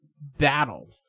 battle